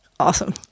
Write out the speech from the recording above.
Awesome